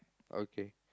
okay